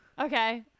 Okay